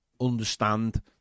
understand